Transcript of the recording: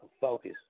focus